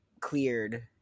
cleared